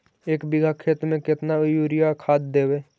एक बिघा खेत में केतना युरिया खाद देवै?